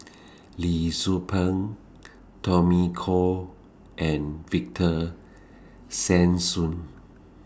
Lee Tzu Pheng Tommy Koh and Victor Sassoon